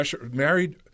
married